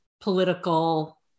political